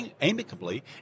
amicably